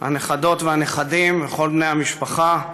הנכדות והנכדים וכל בני המשפחה,